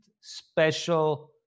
Special